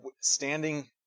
standing